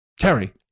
terry